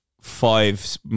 five